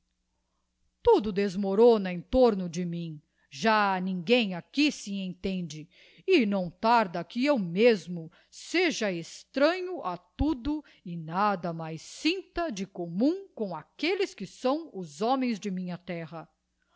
tudo desmorona em torno de mim já ninguém aqui se entende e não tarda que eu mesmo seja extranho a tudo e nada mais sinta de conimum com aquelles que são os homens de minha terra